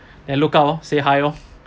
then look up oh say hi lor